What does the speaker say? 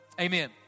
Amen